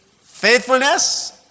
faithfulness